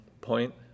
point